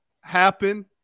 happen